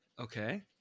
Okay